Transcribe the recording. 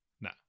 No